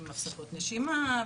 עם הפסקות נשימה,